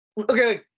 Okay